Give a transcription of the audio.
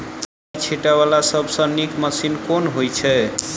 दवाई छीटै वला सबसँ नीक मशीन केँ होइ छै?